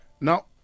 Now